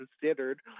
considered